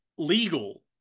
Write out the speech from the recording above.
legal